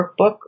Workbook